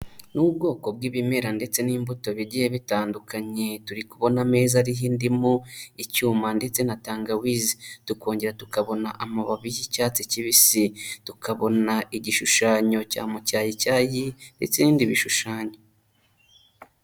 N'ubwoko bw'ibimera ndetse n'imbuto bigiye bitandukanye, turi kubona ameza ariho indimu, icyuma ndetse na tangawizi. Tukongera tukabona amababi y'icyatsi kibisi, tukabona igishushanyo cya mucyayicyayi ndetse n'ibindi bishushanyo.